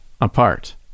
apart